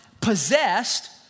possessed